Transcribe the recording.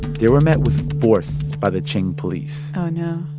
they were met with force by the qing police oh, no